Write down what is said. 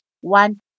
one